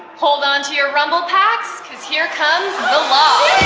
hold onto your rumble packs, cause here comes the law!